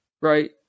right